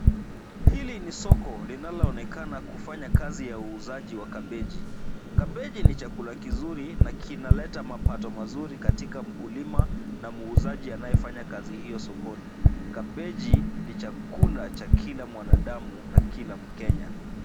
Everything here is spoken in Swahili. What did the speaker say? Hili ni soko linaloonekana kufanya kazi ya uuzaji wa kabeji. Kabeji ni chakula kizuri na kinaleta mapato mazuri katika mkulima na muuzaji anayefanya kazi hiyo sokoni. Kabeji ni chakula cha kila mwanadamu na kila mkenya.